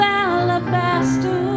alabaster